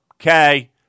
Okay